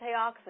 antioxidants